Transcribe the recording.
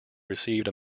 received